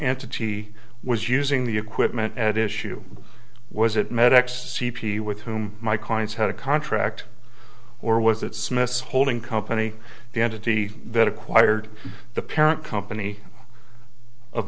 entity was using the equipment at issue was it met ex c p with whom my clients had a contract or was it smith's holding company the entity that acquired the parent company of